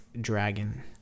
dragon